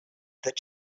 that